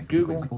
Google